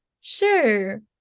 sure